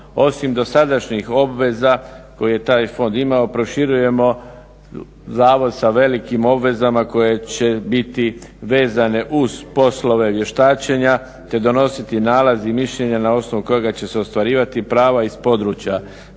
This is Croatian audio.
Osim dosadašnjih obveza koje je taj fond imao proširujemo zavod sa velikim obvezama koje će biti vezane uz poslove vještačenja te donositi nalaz i mišljenje na osnovu kojega će se ostvarivati prava iz područja